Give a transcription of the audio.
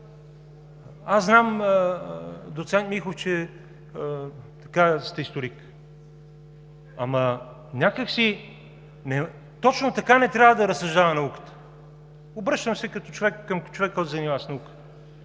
Аз знам, доцент Михов, че сте историк, ама някак си точно така не трябва да разсъждава науката. Обръщам се като човек към човек, който се занимава с наука.